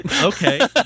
Okay